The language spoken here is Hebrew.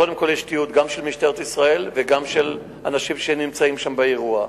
קודם כול יש תיעוד גם של משטרת ישראל וגם של אנשים שנמצאים שם באירוע.